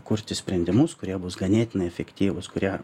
kurti sprendimus kurie bus ganėtinai efektyvūs kurie